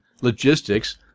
logistics